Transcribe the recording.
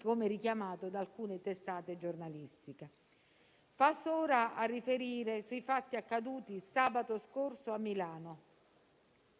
come richiamato da alcune testate giornalistiche. Passo ora a riferire sui fatti accaduti sabato scorso a Milano.